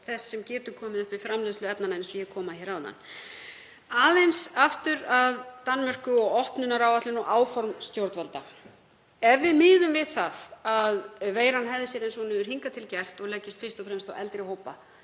þess sem upp getur komið við framleiðslu efnanna, eins og ég kom að áðan. Aðeins aftur að Danmörku og opnunaráætlunum og -áformum stjórnvalda. Ef við miðum við að veiran hegði sér eins og hún hefur hingað til gert og leggist fyrst og fremst á eldri hópa